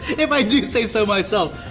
if i do say so myself.